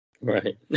Right